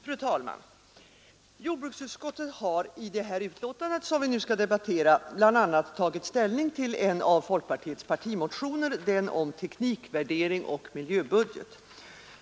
Fru talman! Jordbruksutskottet har i det betänkande som vi nu skall debattera bl.a. tagit ställning till en av folkpartiets partimotioner, den om teknikvärdering och miljöbudget.